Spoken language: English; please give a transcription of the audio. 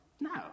No